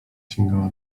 sięgała